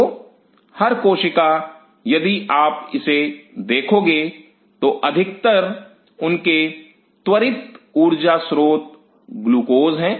तो हर कोशिका यदि आप इसे देखोगे तो अधिकतर उनके त्वरित ऊर्जा स्रोत ग्लूकोज हैं